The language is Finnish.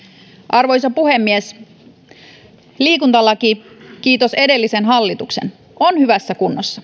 arvoisa puhemies liikuntalaki kiitos edellisen hallituksen on hyvässä